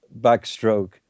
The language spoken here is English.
backstroke